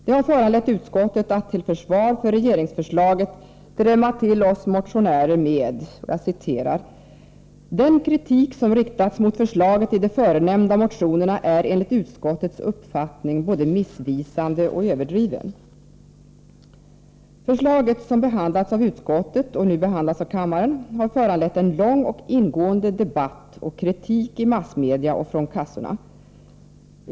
Det har föranlett utskottet att till försvar för regeringsförslaget drämma till oss motionärer med: ”Den kritik som riktats mot förslaget i de förenämnda motionerna är enligt utskottets uppfattning både missvisande och överdriven.” Förslaget, som har behandlats av utskottet och nu behandlas av kammaren, har föranlett en lång och ingående debatt samt kritik i massmedia och från kassorna.